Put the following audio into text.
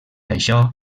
això